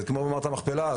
זה כמו מערת המכפלה.